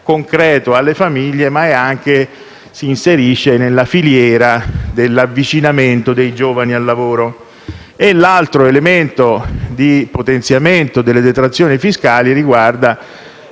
concreto alle famiglie ma si inserisce anche nella filiera dell'avvicinamento dei giovani al lavoro. L'altro elemento di potenziamento delle detrazioni fiscali riguarda